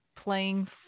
playing